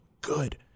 good